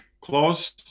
clause